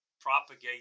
propagate